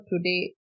today